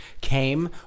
came